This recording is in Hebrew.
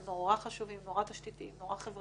הם נורא חשובים, נורא תשתיתיים, נורא חברתיים.